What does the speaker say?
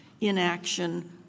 inaction